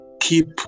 keep